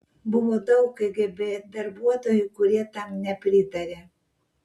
buvo daug kgb darbuotojų kurie tam nepritarė